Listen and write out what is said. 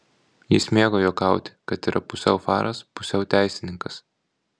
jis mėgo juokauti kad yra pusiau faras pusiau teisininkas